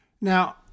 Now